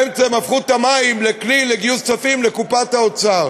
באמצע הם הפכו את המים לכלי לגיוס כספים לקופת האוצר.